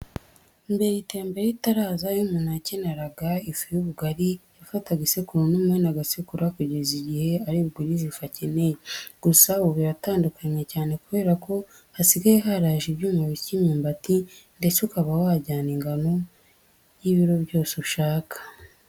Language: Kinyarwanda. Mbere iterambere ritaraza, iyo umuntu yakeneraga ifu y'ubugari yafataga isekuru n'umuhini agasekura kugeza igihe ari bugwirize ifu akeneye. Gusa ubu biratandukanye cyane kubera ko hasigaye haraje ibyuma bisya imyumbati ndetse ukaba wajyana ingano y'ibiro byose ushaka.